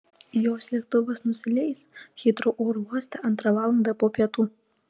jos lėktuvas nusileis hitrou oro uoste antrą valandą po pietų